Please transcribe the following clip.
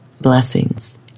Blessings